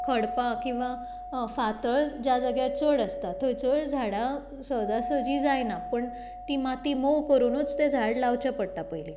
खडपां किंवा फातर ज्या जाग्यार चड आसता थंयसर झाडां जायना ती माती मोव करुनूच तें झाड लावचें पडटा पयलीं